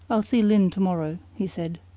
i'll see lyne to-morrow, he said.